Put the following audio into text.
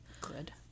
Good